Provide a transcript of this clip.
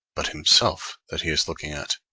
but himself, that he is looking at